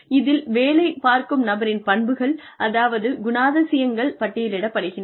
இதில் வேலைப் பார்க்கும் நபரின் பண்புகள் அதாவது குணாதிசயங்கள் பட்டியலிடப்படுகின்றன